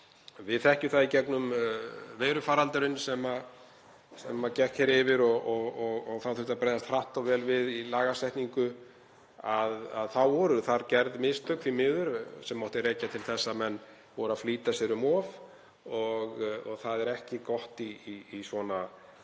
Við þekkjum það í gegnum veirufaraldurinn sem gekk yfir, en þá þurfti að bregðast hratt og vel við í lagasetningu, að þá voru þar gerð mistök, því miður, sem mátti rekja til þess að menn voru að flýta sér um of. Það er ekki gott í svona